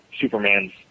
Superman's